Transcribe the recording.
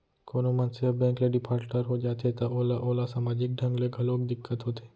कोनो मनसे ह बेंक ले डिफाल्टर हो जाथे त ओला ओला समाजिक ढंग ले घलोक दिक्कत होथे